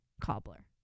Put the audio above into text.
cobbler